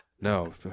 No